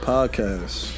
Podcast